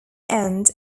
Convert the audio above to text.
end